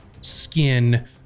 skin